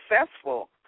successful